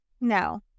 no